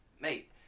Mate